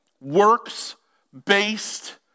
works-based